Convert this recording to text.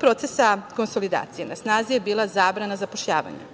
procesa konsolidacije, na snazi je bila zabrana zapošljavanja